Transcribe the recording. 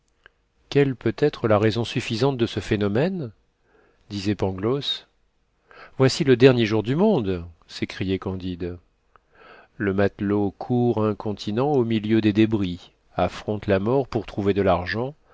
quelle peut être la raison suffisante de ce phénomène disait pangloss voici le dernier jour du monde s'écriait candide le matelot court incontinent au milieu des débris affronte la mort pour trouver de l'argent